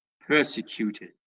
persecuted